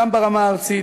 גם ברמה הארצית.